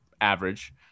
average